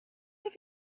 have